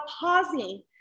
pausing